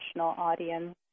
audience